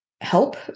help